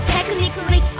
Technically